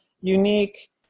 unique